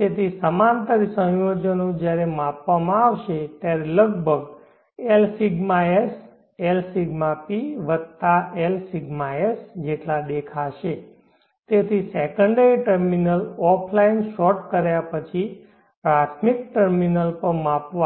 તેથી સમાંતર સંયોજનો જ્યારે માપવામાં આવશે ત્યારે લગભગ Lσs Lσp વત્તા Lσs જેટલા દેખાશે તેથી સેકન્ડરી ટર્મિનલ ઑફફલાઇન શોર્ટ કર્યા પછી પ્રાથમિક ટર્મિનલ પર માપવા